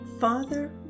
Father